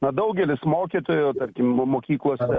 na daugelis mokytojų tarkim mo mokyklose